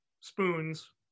spoons